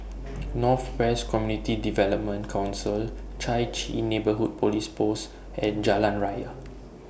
North West Community Development Council Chai Chee Neighbourhood Police Post and Jalan Raya